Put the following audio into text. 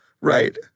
Right